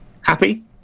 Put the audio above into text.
Happy